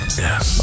yes